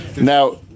now